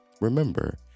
remember